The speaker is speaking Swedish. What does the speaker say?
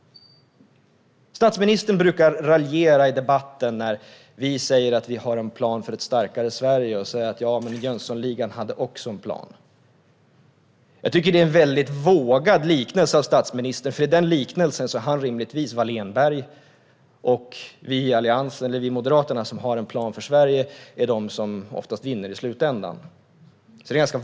Statsministern brukar raljera i debatten när vi säger att vi har en plan för ett starkare Sverige och säga: Jönssonligan hade också en plan. Det är en väldigt vågad liknelse av statsministern. I den liknelsen är han rimligtvis Wall-Enberg, och vi i Moderaterna som har en plan för Sverige är de som oftast vinner i slutändan.